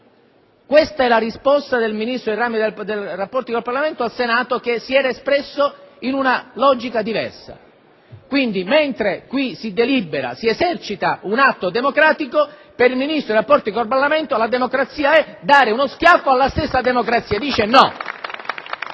Questa è la risposta del Ministro per i rapporti con il Parlamento al Senato, che si era espresso in una logica diversa. Quindi, mentre qui si esercita un atto democratico, per il Ministro per i rapporti con il Parlamento la democrazia è dare uno schiaffo alla stessa democrazia!